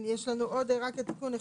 יש לנו עוד תיקון אחד.